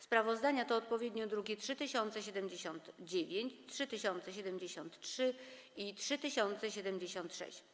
Sprawozdania to odpowiednio druki nr 3079, 3073 i 3076.